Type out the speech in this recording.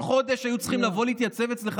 כל חודש היו צריכים לבוא להתייצב אצלך